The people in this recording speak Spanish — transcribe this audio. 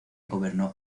gobernó